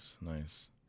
nice